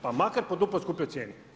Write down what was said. Pa makar po duplo skupljoj cijeni.